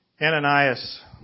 Ananias